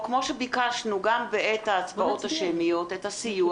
כמו שביקשנו בעת ההצבעות השמיות הסיוע